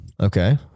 Okay